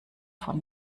von